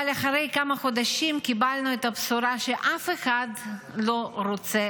אבל אחרי כמה חודשים קיבלנו את הבשורה שאף אחד לא רוצה